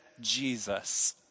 Jesus